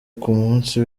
k’umunsi